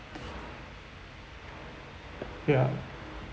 ya